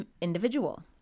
individual